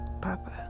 papa